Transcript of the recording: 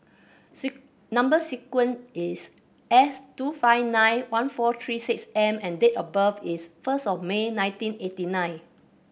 number sequence is S two five nine one four three six M and date of birth is first of May nineteen eighty nine